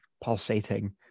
pulsating